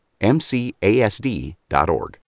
MCASD.org